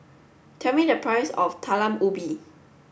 tell me the price of Talam Ubi